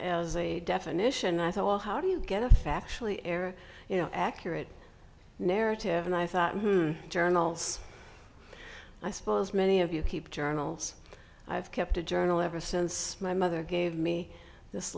as a definition i thought well how do you get a factually error you know accurate narrative and i thought journals i suppose many of you keep journals i've kept a journal ever since my mother gave me this